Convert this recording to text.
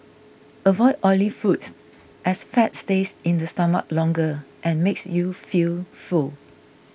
avoid oily foods as fat stays in the stomach longer and makes you feel full